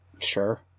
Sure